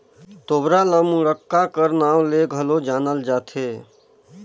तोबरा ल मुड़क्का कर नाव ले घलो जानल जाथे